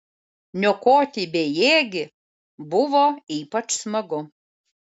niokoti bejėgį buvo ypač smagu